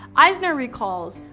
eisner recalls,